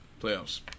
playoffs